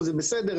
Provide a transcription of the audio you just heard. זה בסדר,